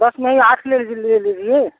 दस नहीं आठ ले लीजिए ले लीजिए